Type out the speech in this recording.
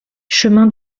chemin